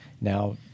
Now